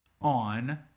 on